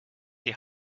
die